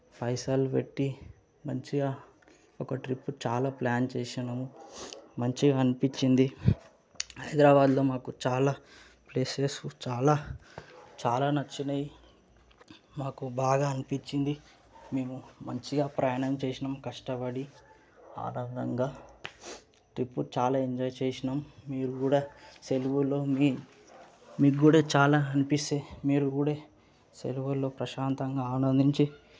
పైసలు పెట్టి మంచిగా ఒక ట్రిప్పు చాలా ప్ల్యాన్ చేసినాము మంచిగా అనిపించింది హైదరాబాదులో మాకు చాలా ప్లేసెస్ చాలా చాలా నచ్చినయి మాకు బాగా అనిపించింది మేము మంచిగా ప్రయాణం చేసినాం కష్టపడి ఆనందంగా ట్రిప్పు చాలా ఎంజాయ్ చేసినాం మీరు కూడా సెలవుల్లో మీ మీకు కూడా చాలా అనిపిస్తాయి మీరు కూడా సెలవుల్లో ప్రశాంతంగా ఆనందించి